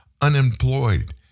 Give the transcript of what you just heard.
unemployed